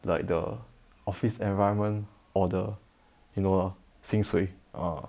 like the office environment or the you know ah 薪水 ah